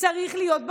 צריך להיות בכלא,